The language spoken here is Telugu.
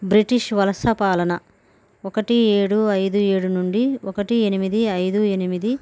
బ్రిటిష్ వలస పాలన ఒకటి ఏడు ఐదు ఏడు నుండి ఒకటి ఎనిమిది ఐదు ఎనిమిది